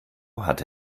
hatte